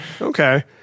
Okay